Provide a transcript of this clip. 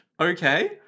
Okay